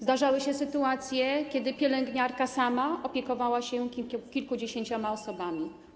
Zdarzały się sytuacje, kiedy pielęgniarka sama opiekowała się kilkudziesięcioma osobami.